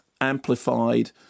amplified